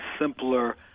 simpler